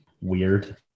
Weird